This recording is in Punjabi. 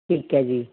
ਠੀਕ ਹੈ ਜੀ